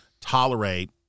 tolerate